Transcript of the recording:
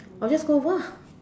I will just go over ah